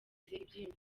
ibyiyumviro